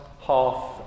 half